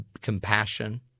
compassion